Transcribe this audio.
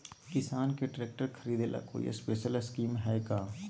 किसान के ट्रैक्टर खरीदे ला कोई स्पेशल स्कीमो हइ का?